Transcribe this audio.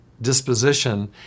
disposition